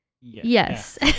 Yes